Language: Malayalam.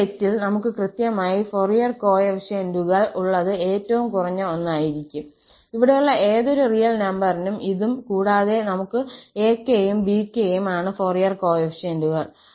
ഈ തെറ്റിൽ നമുക്ക് കൃത്യമായി ഫൊറിയർ കോഎഫിഷ്യന്റുകൾ ഉള്ളത് ഏറ്റവും കുറഞ്ഞ ഒന്നായിരിക്കും ഇവിടെയുള്ള ഏതൊരു റിയൽ നമ്പറിനും ഇതും ഇതും കൂടാതെ നമുക്ക് akഉം bk ഉം ആണ് ഫൊറിയർ കോഫിഫിഷ്യന്റുകൾ